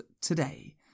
today